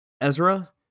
Ezra